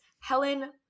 Helen